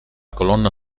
colonna